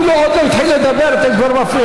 הוא אפילו עוד לא התחיל לדבר, אתן כבר מפריעות.